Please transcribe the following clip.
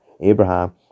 Abraham